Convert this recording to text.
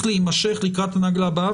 צריך להימשך לקראת הסיבוב הבא.